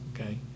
Okay